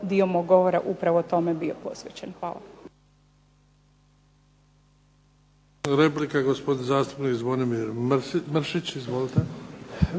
dio mog govora upravo tome bio posvećen. Hvala.